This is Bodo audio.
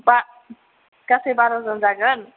बा गासै बार'जन जागोन